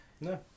No